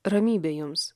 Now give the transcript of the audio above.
ramybė jums